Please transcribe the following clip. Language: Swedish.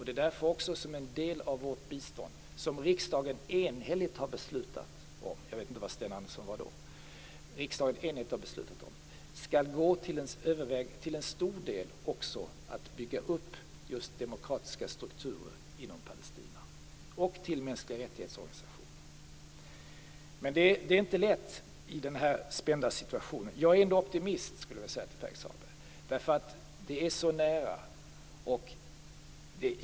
Det är också därför en stor del av vårt bistånd, som riksdagen enhälligt har beslutat om - jag vet inte var Sten Andersson var då - skall gå till att bygga upp just demokratiska strukturer inom Palestina och till organisationer för mänskliga rättigheter. Det är inte lätt i den här spända situationen. Jag är ändå optimist, vill jag säga till Pär-Erik Sahlberg, därför att freden är så nära.